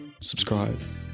Subscribe